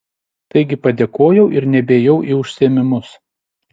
taigi padėkojau ir nebeėjau į užsiėmimus